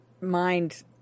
mind